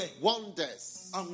Wonders